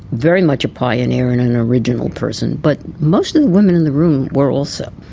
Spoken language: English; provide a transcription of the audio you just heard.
very much a pioneer and an original person, but most of the women in the room were also.